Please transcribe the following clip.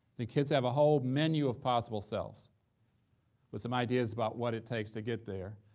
then kids have a whole menu of possible selves with some ideas about what it takes to get there,